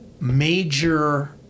major